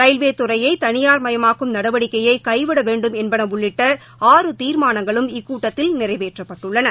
railway துறையை தனியார்மயமாக்கும் நடவடிக்கையை கைவிட வேண்டும் என்பன உள்ளிட்ட ஆறு தீர்மானங்களும் இக்கூட்டத்தில் நிறைவேற்றப்பட்டுள்ளன